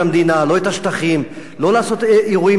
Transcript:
את השטחים ולא לעשות אירועים פליליים,